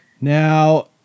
Now